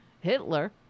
Hitler